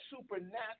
supernatural